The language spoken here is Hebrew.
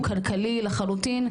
הוא כלכלי לחלוטין,